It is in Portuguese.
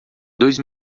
dois